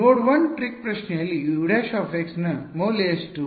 ನೋಡ್ 1 ಟ್ರಿಕ್ ಪ್ರಶ್ನೆಯಲ್ಲಿ U′ ನ ಮೌಲ್ಯ ಎಷ್ಟು